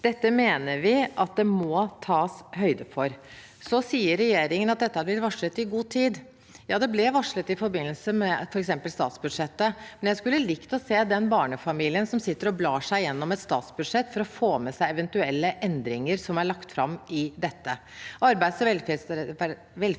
Dette mener vi det må tas høyde for. Så sier regjeringen at dette har vært varslet i god tid. Ja, det ble varslet i forbindelse med f.eks. statsbudsjettet, men jeg skulle likt å se den barnefamilien som sitter og blar seg gjennom et statsbudsjett for å få med seg eventuelle endringer som er lagt fram her.